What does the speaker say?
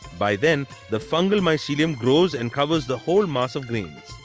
by then the fungal mycelium grows and covers the whole mass of grains.